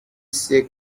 c’est